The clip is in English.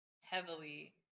heavily